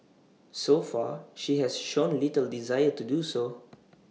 so far she has shown little desire to do so